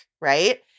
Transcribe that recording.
right